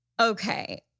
Okay